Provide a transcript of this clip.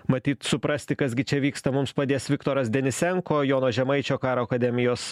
matyt suprasti kas gi čia vyksta mums padės viktoras denisenko jono žemaičio karo akademijos